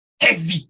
Heavy